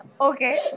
Okay